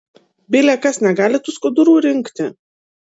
bile kas negali tų skudurų rinkti